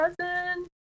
cousin